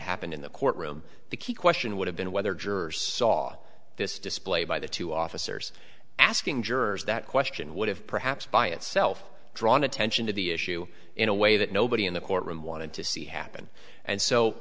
happened in the courtroom the key question would have been whether jurors saw the this display by the two officers asking jurors that question would have perhaps by itself drawn attention to the issue in a way that nobody in the courtroom wanted to see happen and so